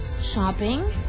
shopping